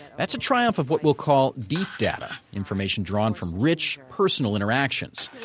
that's a triumph of what we'll call deep data, information drawn from rich, personal interactions.